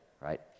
right